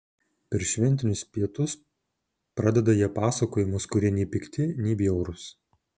per šventinius pietus pradeda jie pasakojimus kurie nei pikti nei bjaurūs